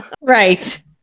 right